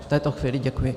V této chvíli děkuji.